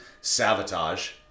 Sabotage